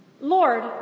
Lord